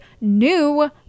new